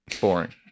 Boring